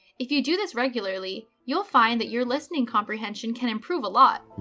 if you do this regularly you'll find that your listening comprehension can improve a lot.